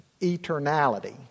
eternality